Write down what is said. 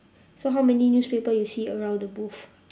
so how many newspaper you see around the booth